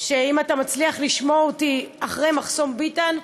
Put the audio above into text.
אם אתה מצליח לשמוע אותי מאחורי מחסום ביטן,